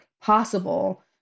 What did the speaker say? possible